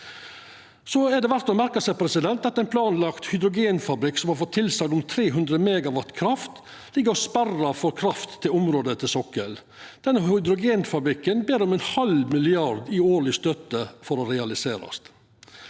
Så er det verdt å merka seg at ein planlagd hydrogenfabrikk som har fått tilsegn om 300 MW kraft, ligg og «sperrar» for kraft frå området til sokkelen. Denne hydrogenfabrikken ber om ein halv milliard i årleg støtte for å kunna realiserast.